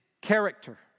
character